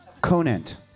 Conant